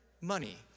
money